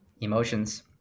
Emotions